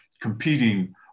competing